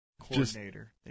Coordinator